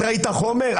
את ראית את החומר?